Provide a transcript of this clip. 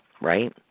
right